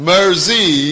Mercy